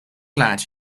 lad